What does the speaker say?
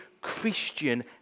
Christian